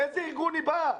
מאיזה ארגון היא באה?